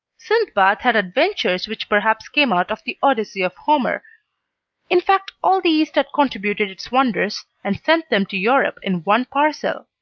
sindbad had adventures which perhaps came out of the odyssey of homer in fact, all the east had contributed its wonders, and sent them to europe in one parcel.